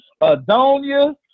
Adonia